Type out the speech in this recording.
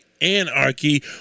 anarchy